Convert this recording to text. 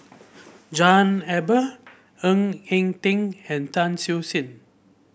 John Eber Ng Eng Teng and Tan Siew Sin